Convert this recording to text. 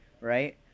right